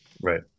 right